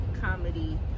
comedy